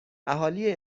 اهالی